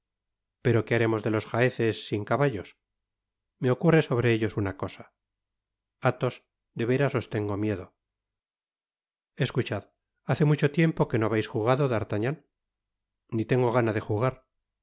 pero qué haremos de tos jaeces sin caballos me ocurre sobre ellos una cosa athos de veras os tengo miedo escuchad hace mucho tiempo que no habeis jugado d'artagnan ni tengo gana de jugar